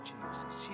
Jesus